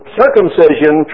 circumcision